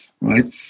right